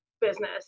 business